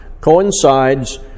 coincides